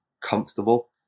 comfortable